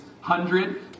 hundred